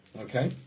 Okay